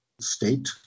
state